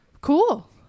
cool